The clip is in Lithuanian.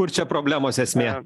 kur čia problemos esmė